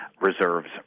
reserves